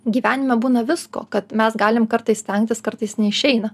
gyvenime būna visko kad mes galim kartais stengtis kartais neišeina